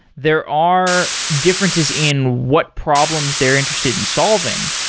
there are differences in what problems they're interested in solving.